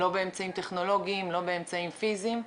לא באמצעים טכנולוגיים ולא באמצעים פיזיים,